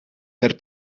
per